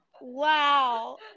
Wow